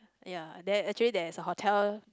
ya there actually there's a hotel